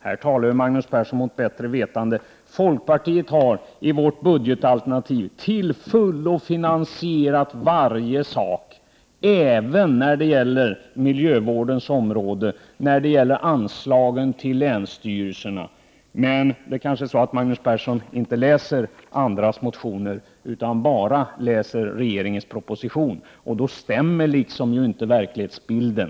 Här talar Magnus Persson mot bättre vetande. Folkpartiet har i sitt budgetalternativ till fullo finansierat varje åtgärd, även när det gäller miljövårdens område och anslagen till länsstyrelserna. Men Magnus Persson kanske inte läser andras motioner utan bara regeringens proposition, och då stämmer inte verklighetsbilden.